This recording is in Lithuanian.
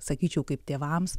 sakyčiau kaip tėvams